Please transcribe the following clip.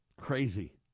crazy